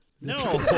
No